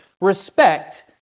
respect